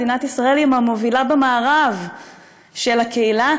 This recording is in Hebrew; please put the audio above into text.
מדינת ישראל היא מהמובילה במערב של הקהילה,